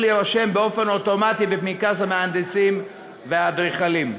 להירשם באופן אוטומטי בפנקס המהנדסים והאדריכלים,